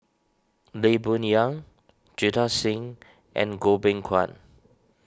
Lee Boon Yang Jita Singh and Goh Beng Kwan